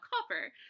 copper